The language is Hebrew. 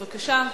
בבקשה.